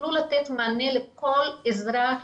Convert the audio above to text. שיוכלו לתת מענה לכל אזרח,